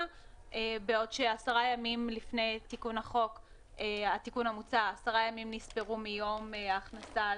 בעוד שעשרה ימים לפני התיקון המוצע נספרו מיום ההכנסה